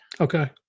Okay